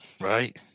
Right